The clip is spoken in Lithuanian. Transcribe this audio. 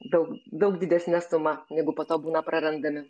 daug daug didesne suma jeigu po to būna prarandami